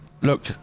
Look